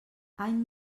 any